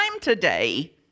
today